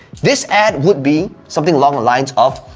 this ad would be something along the lines of,